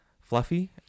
fluffy